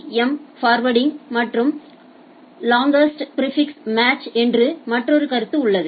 M forwarding மற்றும் longest prefix match என்ற மற்றொரு கருத்து உள்ளது